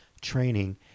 training